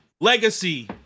Legacy